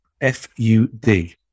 F-U-D